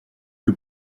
que